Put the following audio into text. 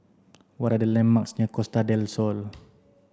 what are the landmarks near Costa Del Sol